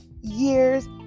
years